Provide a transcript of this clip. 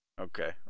okay